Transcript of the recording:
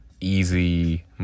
easy